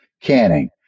canning